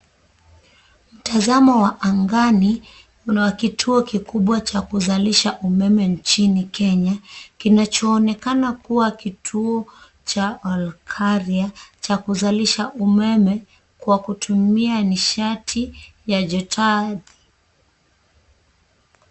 Mtazamo wa angani una kituo kikubwa cha kuzalisha umeme nchini Kenya kinachoonekana kuwa kituo cha Olkaria cha kuzalisha umeme kwa kutumia nishati ya joto ardhi.